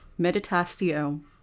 Meditatio